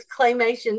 claymation